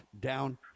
down